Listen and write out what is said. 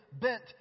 bent